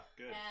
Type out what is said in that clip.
good